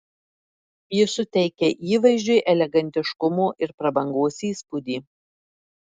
ji suteikia įvaizdžiui elegantiškumo ir prabangos įspūdį